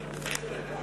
הקודם?